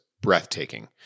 breathtaking